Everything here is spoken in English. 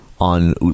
On